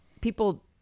people